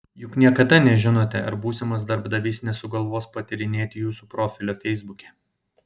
juk niekada nežinote ar būsimas darbdavys nesugalvos patyrinėti jūsų profilio feisbuke